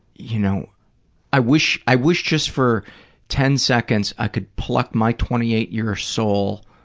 you know i wish i wish just for ten seconds, i could pluck my twenty eight year soul